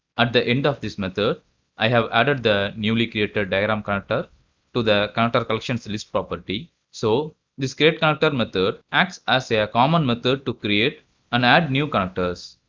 at the end of this method i have added the newly created diagram connector to the connector collections list property, so this createconnector method acts as a common method to create and add new characters.